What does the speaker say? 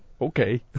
okay